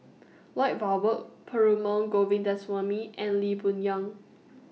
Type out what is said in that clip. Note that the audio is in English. Lloyd Valberg Perumal Govindaswamy and Lee Boon Yang